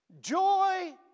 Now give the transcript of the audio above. Joy